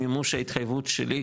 מימוש ההתחייבות שלי,